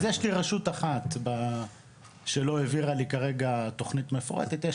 אז יש לי רשות אחת שלא העבירה לי כרגע תכנית מפורטת.